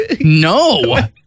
no